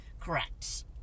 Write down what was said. Correct